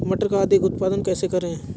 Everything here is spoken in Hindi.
मटर का अधिक उत्पादन कैसे करें?